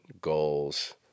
goals